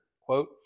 quote